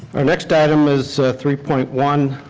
our next item is three point one,